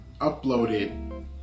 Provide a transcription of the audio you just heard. uploaded